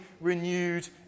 renewed